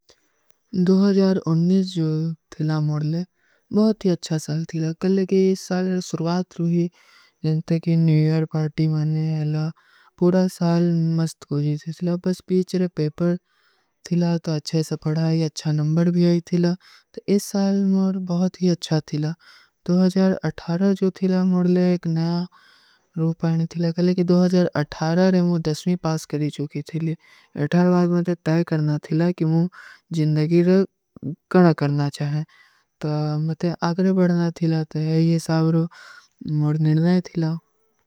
ଜୋ ଥିଲା ମୌରଲେ, ବହୁତ ହୀ ଅଚ୍ଛା ସାଲ ଥିଲା, କଲକି ଇସ ସାଲ ସୁର୍ଵାତ ଥୂ ହୀ, ଜୈଂତେ କି ମାନେ ହୈଲା, ପୂରା ସାଲ ମସ୍ତ କୋଈ ଥିଲା, ବସ ପୀଚର ପେପର ଥିଲା, ତୋ ଅଚ୍ଛେ ସପଢାଈ, ଅଚ୍ଛା ନଂବର ଭୀ ଆଈ ଥିଲା, ଇସ ସାଲ ମୌର ବହୁତ ହୀ ଅଚ୍ଛା ଥିଲା। ଜୋ ଥିଲା ମୌରଲେ, ଏକ ନଯା ରୂପା ହୈ ଥିଲା, କଲକି ମୌରେ ମୁଝେ ଦସ୍ମୀ ପାସ କରୀ ଚୂକୀ ଥିଲା, ଏଠାଲ ବାଦ ମତେ ତୈ କରନା ଥିଲା, କି ମୁଝେ ଜିନ୍ଦଗୀ କଣ କରନା ଚାହେଂ, ମତେ ଆଗର ବଢନା ଥିଲା, ତୋ ଯହୀ ସାଲ ମୌର ନିର୍ନା ହୈ ଥିଲା।